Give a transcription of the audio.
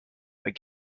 but